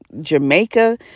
jamaica